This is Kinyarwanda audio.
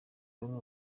bamwe